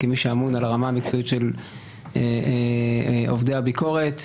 כמי שאמון על הרמה המקצועית של עובדי הביקורת,